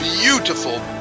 beautiful